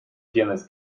tienes